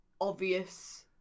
obvious